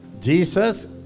Jesus